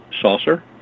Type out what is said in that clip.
saucer